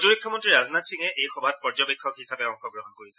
প্ৰতিৰক্ষা মন্ত্ৰী ৰাজনাথ সিঙে এই সভাত পৰ্যবেক্ষক হিচাপে অংশগ্ৰহণ কৰিছে